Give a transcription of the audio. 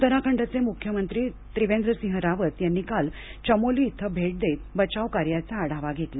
उत्तराखंडचे मुख्यमंत्री त्रिवेन्द्र्सिंह रावत यांनी काल चमोली इथं भेट देत बचाव कार्याचा आढावा घेतला